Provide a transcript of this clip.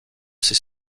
ses